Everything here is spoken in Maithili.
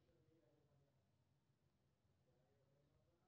बैलेंस शीट मे लेखांकन समीकरण सं बहुत बेसी जानकारी रहै छै